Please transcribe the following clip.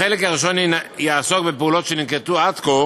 החלק הראשון יעסוק בפעולות שננקטו עד כה